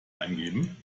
eingeben